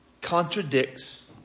Contradicts